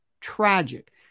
tragic